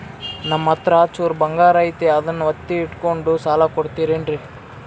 ನಮ್ಮಹತ್ರ ಚೂರು ಬಂಗಾರ ಐತಿ ಅದನ್ನ ಒತ್ತಿ ಇಟ್ಕೊಂಡು ಸಾಲ ಕೊಡ್ತಿರೇನ್ರಿ?